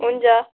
हुन्छ